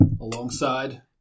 alongside